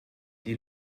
dit